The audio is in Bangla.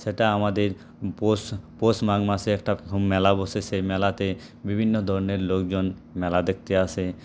সেটা আমাদের পৌষ পৌষ মাঘ মাসে একটা মেলা বসে সেই মেলাতে বিভিন্ন ধরনের লোকজন মেলা দেখতে আসে